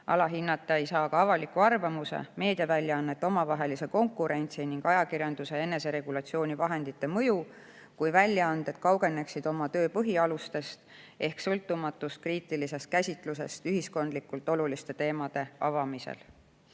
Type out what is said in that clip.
Alahinnata ei saa ka avaliku arvamuse, meediaväljaannete omavahelise konkurentsi ning ajakirjanduse eneseregulatsioonivahendite mõju, kui väljaanded kaugeneksid oma töö põhialustest ehk sõltumatust kriitilisest käsitlusest ühiskondlikult oluliste teemade avamisel.